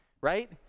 right